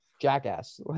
jackass